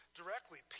directly